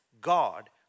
God